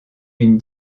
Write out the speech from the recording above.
une